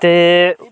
ते